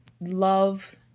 love